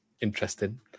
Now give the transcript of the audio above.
interesting